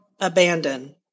abandon